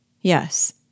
Yes